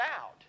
out